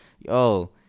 Yo